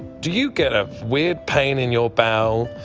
do you get a weird pain in your bowel?